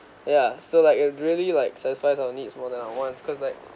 ya so like it really like satisfies our needs more than wants cause like